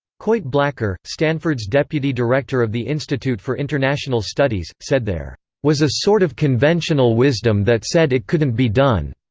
coit blacker, stanford's deputy director of the institute for international studies, said there was a sort of conventional wisdom that said it couldn't be done.